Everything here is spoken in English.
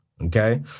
Okay